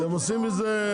יש לכם איש מקצוע?